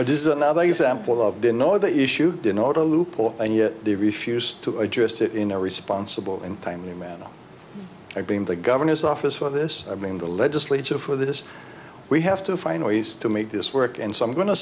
this is another example of the know the issue denote a loophole and yet they refuse to address it in a responsible and timely manner of being the governor's office for this i mean the legislature for this we have to find ways to make this work and so i'm go